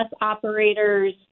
operators